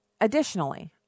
additionally